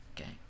Okay